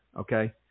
okay